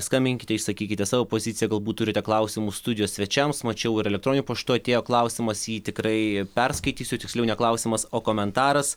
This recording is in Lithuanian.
skambinkite išsakykite savo poziciją galbūt turite klausimų studijos svečiams mačiau ir elektroniniu paštu atėjo klausimas jį tikrai perskaitysiu tiksliau ne klausimas o komentaras